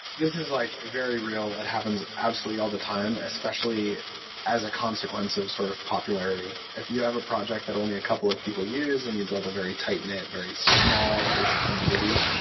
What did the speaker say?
this is like very real. it happens absolutely all the time, especially as a consequence of sort of popularity. if you have a project that only a couple of people use and you build a very tight net, very small-ish community,